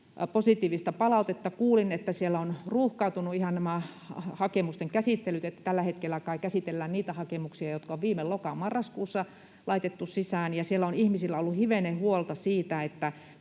positiivista palautetta. Kuulin, että siellä ovat ruuhkautuneet ihan nämä hakemusten käsittelyt, että tällä hetkellä kai käsitellään niitä hakemuksia, jotka on viime loka—marraskuussa laitettu sisään. Ihmisillä on ollut hivenen huolta siitä, kun